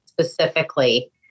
specifically